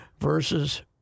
versus